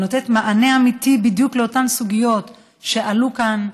שנותנת מענה אמיתי בדיוק על אותן סוגיות שעלו כאן.